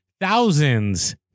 Thousands